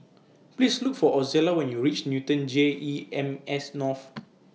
Please Look For Ozella when YOU REACH Newton J E M S North